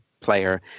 Player